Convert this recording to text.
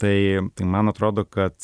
tai tai man atrodo kad